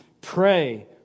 pray